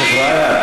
חבריא,